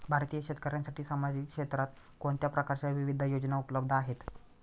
भारतीय शेतकऱ्यांसाठी सामाजिक क्षेत्रात कोणत्या प्रकारच्या विविध योजना उपलब्ध आहेत?